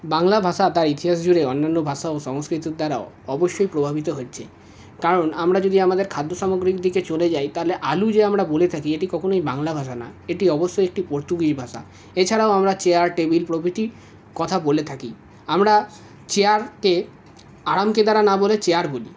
বাংলা ভাষা তা ইতিহাস জুড়ে অন্যান্য ভাষা ও সংস্কৃতির দ্বারাও অবশ্যই প্রভাবিত হচ্ছে কারণ আমরা যদি আমাদের খাদ্য সামগ্রীর দিকে চলে যাই তাহলে আলু যে আমরা বলে থাকি এটি কখনই বাংলা ভাষা না এটি অবশ্যই একটি পর্তুগিজ ভাষা এছাড়াও আমরা চেয়ার টেবিল প্রভৃতি কথা বলে থাকি আমরা চেয়ারকে আরামকেদারা না বলে চেয়ার বলি